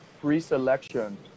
pre-selection